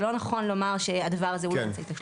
לא נכון לומר שהדבר הזה הוא לא אמצעי תשלום.